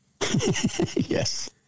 Yes